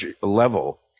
level